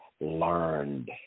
learned